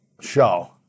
show